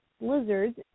lizards